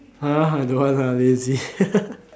!huh! I don't want lah I lazy